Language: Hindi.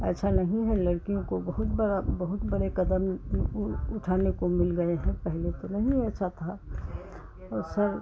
ऐसा नहीं है लड़कियों को बहुत बड़ा बहुत बड़े कदम उठाने को मिल गए हैं पहले तो नहीं ऐसा था और सर